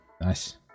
Nice